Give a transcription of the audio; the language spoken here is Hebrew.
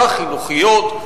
החינוכיות,